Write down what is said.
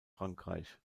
frankreich